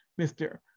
Mr